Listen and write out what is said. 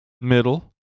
middle